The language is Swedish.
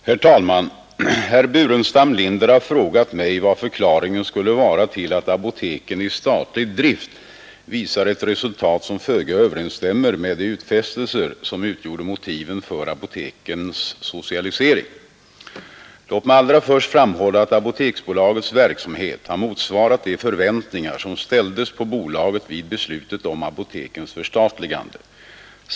Herr talman! Herr Burenstam Linder har frågat mig vad förklaringen skulle vara till att apoteken i statlig drift visar ett resultat som föga överensstämmer med de utfästelser som utgjorde motiven för apotekens socialisering. Låt mig allra först framhålla, att Apoteksbolagets verksamhet har motsvarat de förväntningar som ställdes på bolaget vid beslutet om apotekens förstatligande.